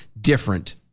different